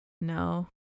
No